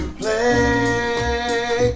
play